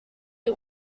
eat